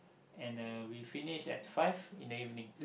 and uh we finished at five in the evening